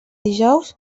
dijous